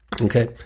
Okay